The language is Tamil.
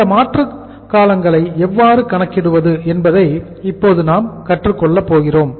இந்த மாற்ற காலங்களை எவ்வாறு கணக்கிடுவது என்பதை இப்போது நாம் கற்றுக் கொள்ளப் போகிறோம்